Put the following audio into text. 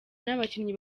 n’abakinnyi